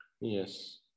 Yes